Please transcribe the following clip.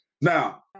Now